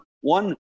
one